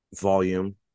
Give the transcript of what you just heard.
volume